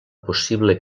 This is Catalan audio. possible